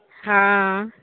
हँ